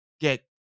get